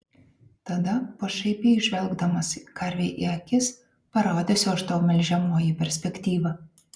tada pašaipiai žvelgdamas karvei į akis parodysiu aš tau melžiamoji perspektyvą